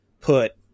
put